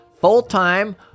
full-time